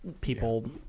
people